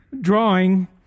drawing